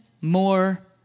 more